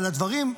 אבל הדברים,